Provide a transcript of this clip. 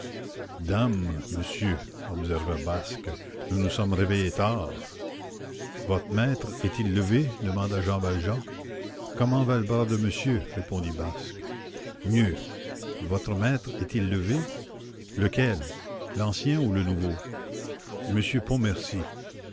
dame monsieur observa basque nous nous sommes réveillés tard votre maître est-il levé demanda jean valjean comment va le bras de monsieur répondit basque mieux votre maître est-il levé lequel l'ancien ou le nouveau monsieur